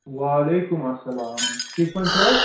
وعلیکُم اَسلام ٹھیٖک پٔہنۍ چھُو حظ